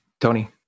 Tony